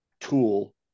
tool